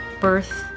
birth